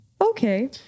Okay